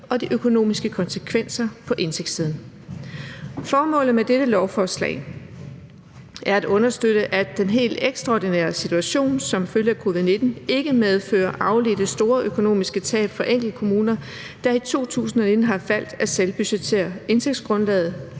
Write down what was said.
og de økonomiske konsekvenser på indtægtssiden. Formålet med dette lovforslag er at understøtte, at den helt ekstraordinære situation som følge af covid-19 ikke medfører afledte store økonomiske tab for enkeltkommuner, der i 2019 har valgt at selvbudgettere indtægtsgrundlaget